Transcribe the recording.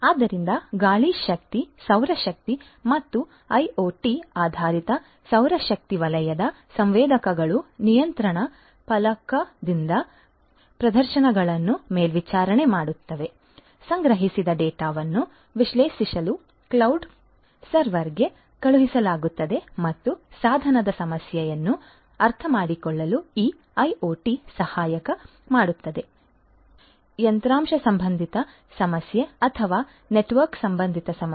ಆದ್ದರಿಂದ ಗಾಳಿ ಶಕ್ತಿ ಸೌರಶಕ್ತಿ ಮತ್ತು ಐಒಟಿ ಆಧಾರಿತ ಸೌರಶಕ್ತಿ ವಲಯದ ಸಂವೇದಕಗಳು ನಿಯಂತ್ರಣ ಫಲಕದಿಂದ ಪ್ರದರ್ಶನಗಳನ್ನು ಮೇಲ್ವಿಚಾರಣೆ ಮಾಡುತ್ತವೆ ಸಂಗ್ರಹಿಸಿದ ಡೇಟಾವನ್ನು ವಿಶ್ಲೇಷಿಸಲು ಕ್ಲೌಡ್ ಸರ್ವರ್ಗೆ ಕಳುಹಿಸಲಾಗುತ್ತದೆ ಮತ್ತು ಸಾಧನದ ಸಮಸ್ಯೆಯನ್ನು ಅರ್ಥಮಾಡಿಕೊಳ್ಳಲು ಈ ಐಒಟಿ ಸಹಾಯ ಮಾಡುತ್ತದೆ ಯಂತ್ರಾಂಶ ಸಂಬಂಧಿತ ಸಮಸ್ಯೆ ಅಥವಾ ನೆಟ್ವರ್ಕ್ ಸಂಬಂಧಿತ ಸಮಸ್ಯೆ